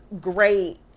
great